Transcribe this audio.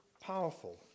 powerful